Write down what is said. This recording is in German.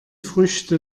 früchte